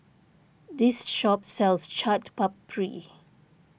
this shop sells Chaat Papri